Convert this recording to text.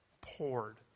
poured